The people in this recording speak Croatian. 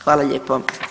Hvala lijepo.